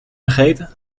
vergeten